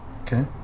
Okay